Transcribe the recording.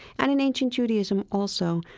and in ancient judaism also,